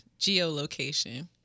geolocation